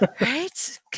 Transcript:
right